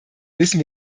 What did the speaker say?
wissen